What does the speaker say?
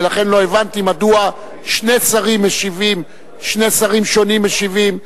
ולכן לא הבנתי מדוע שני שרים שונים משיבים.